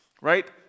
right